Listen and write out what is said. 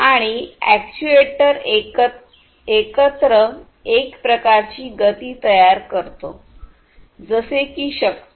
आणि अॅक्ट्यूएटर एकत्र एक प्रकारची गती तयार करतो जसे की शक्ती